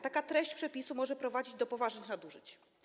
Taka treść przepisu może prowadzić do poważnych nadużyć.